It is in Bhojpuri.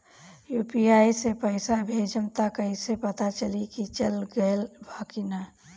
यू.पी.आई से पइसा भेजम त कइसे पता चलि की चल गेल बा की न?